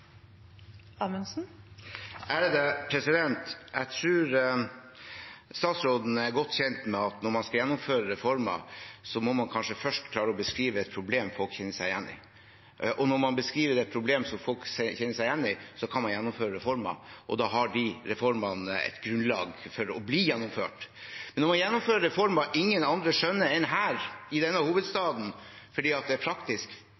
godt kjent med at når man skal gjennomføre reformer, må man kanskje først klare å beskrive et problem som folk kjenner seg igjen i. Når man beskriver et problem som folk kjenner seg igjen i, kan man gjennomføre reformer. Da har reformene et grunnlag for å bli gjennomført. Men når man gjennomfører reformer som ingen andre enn dem her i hovedstaden skjønner, fordi det er praktisk